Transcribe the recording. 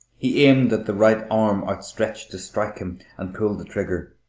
he aimed at the right arm outstretched to strike him, and pulled the trigger.